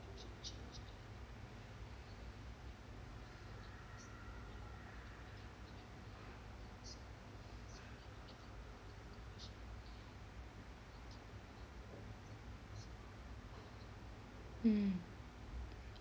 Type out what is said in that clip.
um